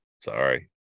sorry